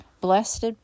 Blessed